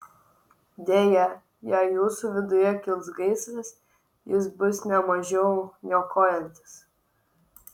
deja jei jūsų viduje kils gaisras jis bus ne mažiau niokojantis